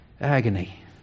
agony